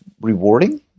rewarding